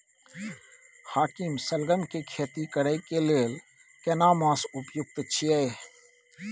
हाकीम सलगम के खेती करय के लेल केना मास उपयुक्त छियै?